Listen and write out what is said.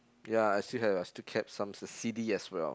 ya I still have I still kept some C_D as well